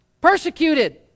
Persecuted